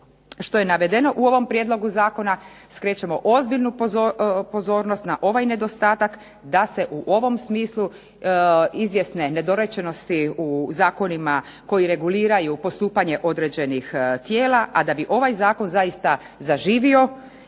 što je navedeno u ovom prijedlogu zakona skrećemo ozbiljnu pozornost na ovaj nedostatak da se u ovom smislu izvjesne nedorečenosti u zakonima koji reguliraju postupanje određenih tijela, a da bi ovaj zakon zaista zaživio